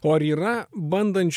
o ar ir yra bandančių